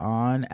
on